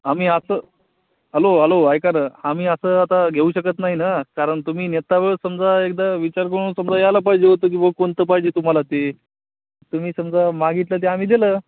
आम्ही असं hello hello ऐका तर आम्ही असं आता घेऊ शकत नाही ना कारण तुम्ही नेता वेळ समजा एकदा विचार करून समजा यायला पाहिजे होतं की बा कोणतं पाहिजे तुम्हाला ते तुम्ही समजा मागितलं ते आम्ही दिलं